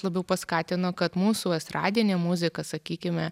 labiau paskatino kad mūsų estradinė muzika sakykime